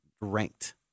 ranked